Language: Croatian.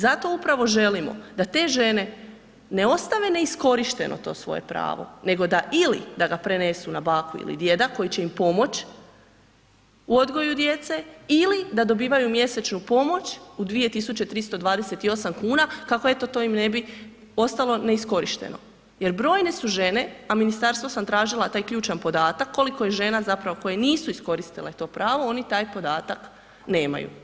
Zato upravo želimo da te žene ne ostave neiskorišteno to svoje pravo nego da ili da ga prenesu na baku ili djeda koji će im pomoći u odgoju djece ili da dobivaju mjesečnu pomoć u 2328 kuna, kako eto, to im ne bi ostalo neiskorišteno jer brojne su žene, a ministarstvo sam tražila taj ključan podatak koliko je žena zapravo koje nisu iskoristile to pravo, oni taj podatak nemaju.